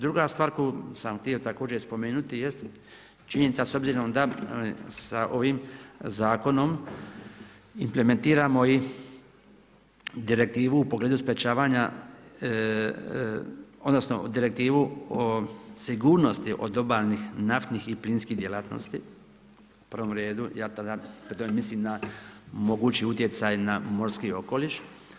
Druga stvar koju sam htio također spomenuti jest, činjenica s obzirom da sa ovim zakonom implementiramo i direktivu u pogledu sprečavanja odnosno direktivu o sigurnosti od obalnih naftnih i plinskih djelatnosti u prvom redu, ja tada pri tome mislim na mogući utjecaj na morski okoliš.